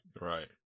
right